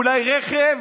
אולי רכב,